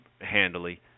handily